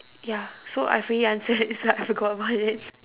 ya so I've already answered s~ I forgot about it